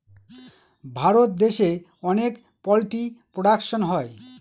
ভারত দেশে অনেক poultry production হয়